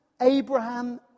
Abraham